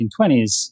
1920s